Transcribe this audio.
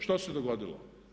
Što se dogodilo?